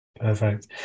perfect